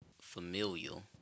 familial